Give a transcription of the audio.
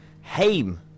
Hame